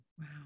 Wow